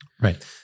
Right